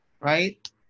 right